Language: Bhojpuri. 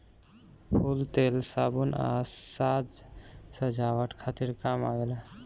फूल तेल, साबुन आ साज सजावट खातिर काम आवेला